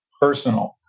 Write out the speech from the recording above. personal